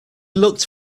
looked